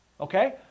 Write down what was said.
okay